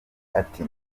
ati